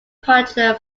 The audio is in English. departure